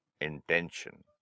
intention